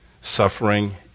Suffering